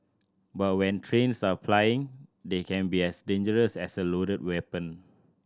but when trains are plying they can be as dangerous as a loaded weapon